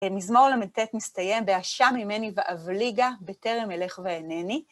מזמור ל״ט מסתיים בהשע ממני ואבליגה בטרם אלך ואינני.